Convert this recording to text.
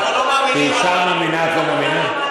אנחנו לא מאמינים, כאישה מאמינה את לא מאמינה?